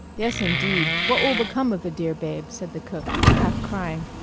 yes, indeed what will become of the dear babes? said the cook, half crying.